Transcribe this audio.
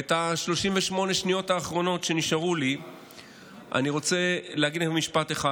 וב-38 השניות האחרונות שנשארו לי אני רוצה להגיד משפט אחד.